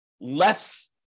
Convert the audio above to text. less